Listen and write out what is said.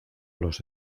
los